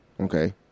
Okay